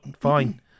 fine